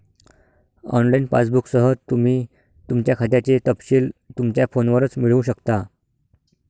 online पासबुकसह, तुम्ही तुमच्या खात्याचे तपशील तुमच्या फोनवरच मिळवू शकता